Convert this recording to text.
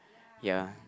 ya